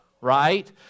right